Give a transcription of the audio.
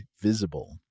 Visible